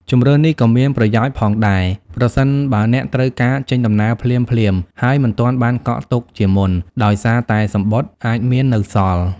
ជម្រើសនេះក៏មានប្រយោជន៍ផងដែរ ប្រសិនបើអ្នកត្រូវការចេញដំណើរភ្លាមៗ ហើយមិនទាន់បានកក់ទុកជាមុន ដោយសារតែសំបុត្រអាចមាននៅសល់។